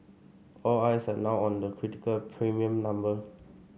all eyes are now on the critical premium number